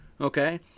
okay